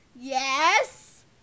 Yes